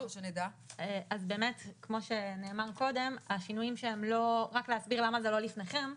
רק להסביר למה זה לא לפניכם.